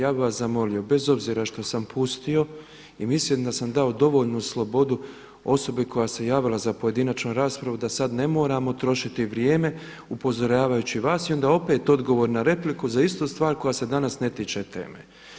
Ja bih vas zamolio, bez obzira što sam pustio i mislim da sam dao dovoljnu slobodu osobi koja se javila za pojedinačnu raspravu da sad ne moramo trošiti vrijeme upozoravajući vas i onda opet odgovor na repliku za istu stvar koja se danas ne tiče teme.